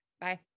Bye